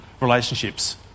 relationships